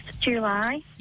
July